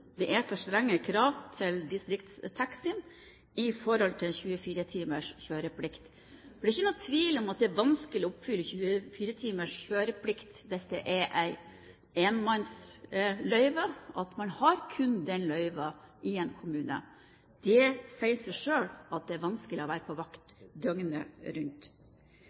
det er for strenge krav til distriktstaxien når det gjelder 24-timers kjøreplikt. Det er ikke noen tvil om at det er vanskelig å oppfylle 24-timers kjøreplikt hvis det er ett enmannsløyve – at man har kun det løyvet i en kommune. Det sier seg selv at det er vanskelig å være på vakt døgnet rundt.